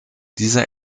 diese